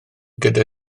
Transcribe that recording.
gyda